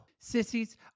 Sissies